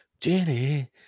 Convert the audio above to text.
Jenny